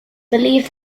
believe